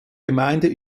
gemeinde